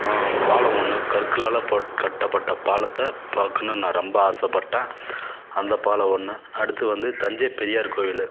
பாலம் ஒன்று கற்களால் பட் கட்டப்பட்ட பாலத்தை பார்க்கணுன்னு நான் ரொம்ப ஆசைப்பட்டன் அந்த பாலம் ஒன்று அடுத்து வந்து தஞ்சை பெரியார் கோவில்